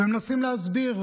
והם מנסים להסביר,